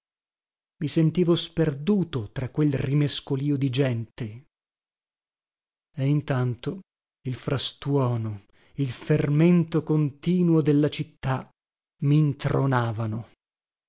mi sentivo sperduto tra quel rimescolìo di gente e intanto il frastuono il fermento continuo della città mintronavano